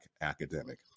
academic